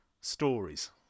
stories